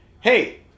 hey